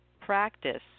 practice